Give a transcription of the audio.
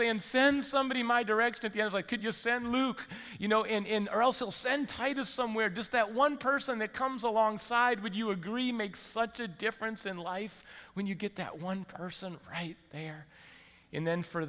saying send somebody my direct to be as i could just send luke you know in or else we'll send titus somewhere just that one person that comes along side would you agree makes such a difference in life when you get that one person right there in then for